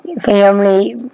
family